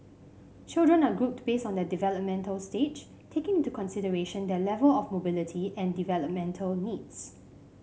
children are grouped based on their developmental stage taking into consideration their level of mobility and developmental needs